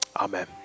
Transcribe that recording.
Amen